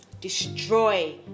destroy